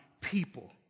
people